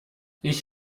ich